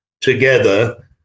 together